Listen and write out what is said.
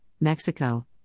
Mexico